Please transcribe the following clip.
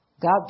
God